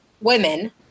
women